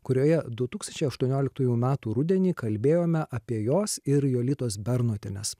kurioje du tūkstančiai aštuonioliktųjų metų rudenį kalbėjome apie jos ir jolitos bernotienės